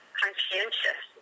conscientious